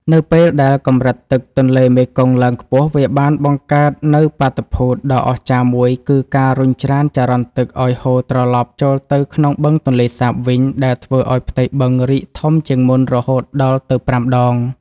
នៅពេលដែលកម្រិតទឹកទន្លេមេគង្គឡើងខ្ពស់ វាបានបង្កើតនូវបាតុភូតដ៏អស្ចារ្យមួយគឺការរុញច្រានចរន្តទឹកឱ្យហូរត្រឡប់ ចូលទៅក្នុងបឹងទន្លេសាបវិញ ដែលធ្វើឱ្យផ្ទៃបឹងរីកធំជាងមុនរហូតដល់ទៅ ៥ ដង។